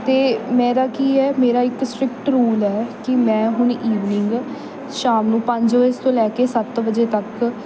ਅਤੇ ਮੇਰਾ ਕੀ ਹੈ ਮੇਰਾ ਇੱਕ ਸਟ੍ਰਿਕਟ ਰੂਲ ਹੈ ਕਿ ਮੈਂ ਹੁਣ ਈਵਨਿੰਗ ਸ਼ਾਮ ਨੂੰ ਪੰਜ ਵਜੇ ਤੋਂ ਲੈ ਕੇ ਸੱਤ ਵਜੇ ਤੱਕ